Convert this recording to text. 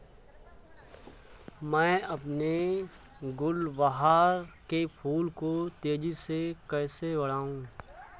मैं अपने गुलवहार के फूल को तेजी से कैसे बढाऊं?